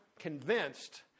convinced